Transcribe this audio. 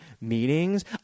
meetings